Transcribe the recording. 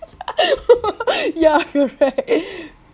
ya correct